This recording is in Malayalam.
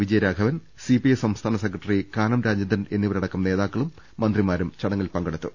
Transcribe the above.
വിജയരാഘവൻ സിപിഐ സംസ്ഥാന സെക്രട്ടറി കാനം രാജേന്ദ്രനടക്കം നേതാക്കളും മന്ത്രിമാരും ചട ങ്ങിൽ പങ്കെടുത്തു